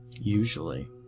Usually